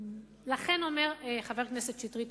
לכן אומר חבר הכנסת שטרית,